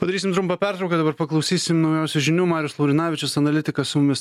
padarysim trumpą pertrauką dabar paklausysim naujausių žinių marius laurinavičius analitikas su mumis